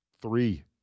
Three